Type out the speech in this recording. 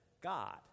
God